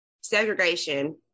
segregation